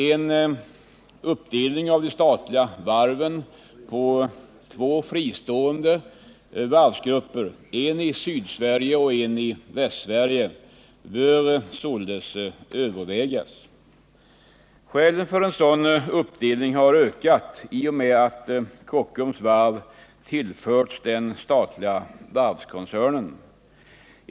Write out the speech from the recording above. En uppdelning av de statliga varven på två fristående varvsgrupper, en i Sydsverige och en i Västsverige, bör således övervägas. Skälen för en sådan uppdelning har ökat i och med att Kockums varv kommit att tillföras den statliga varvskoncernen.